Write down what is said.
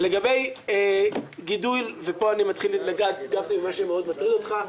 לגבי גידול ופה מתחילים לגעת במה שמאוד מטריד אותך.